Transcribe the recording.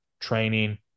training